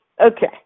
Okay